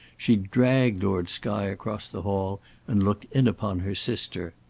she dragged lord skye across the hall and looked in upon her sister.